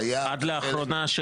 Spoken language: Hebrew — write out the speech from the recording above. עד לאחרונה,